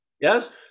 Yes